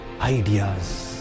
ideas